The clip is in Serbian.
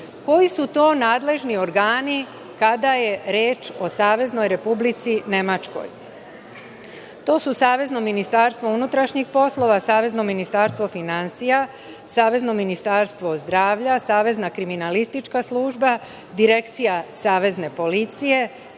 Koji su to nadležni organi kada je reč o Saveznoj Republici Nemačkoj? To su Savezno ministarstvo unutrašnjih poslova, Savezno ministarstvo finansija, Savezno ministarstvo zdravlja, Savezna kriminalistička služba, Direkcija savezne policije,